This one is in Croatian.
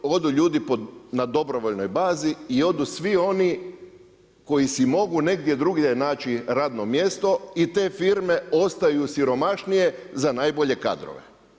Odu oni, odu ljudi na dobrovoljnoj bazi i odu svi oni koji si mogu negdje drugdje naći radno mjesto i te firme ostaju siromašnije za najbolje kadrove.